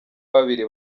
babiri